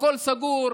הכול סגור.